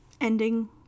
ending